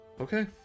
Okay